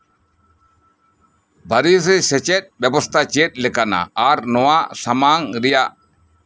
ᱵᱟᱨᱤᱭᱟᱡᱤ ᱥᱮᱪᱮᱫ ᱵᱮᱵᱚᱥᱛᱷᱟ ᱪᱮᱫ ᱞᱮᱠᱟᱱᱟ ᱟᱨ ᱱᱚᱣᱟ ᱥᱟᱢᱟᱝ ᱨᱮᱭᱟᱜ